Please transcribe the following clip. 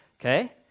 Okay